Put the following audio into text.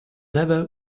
never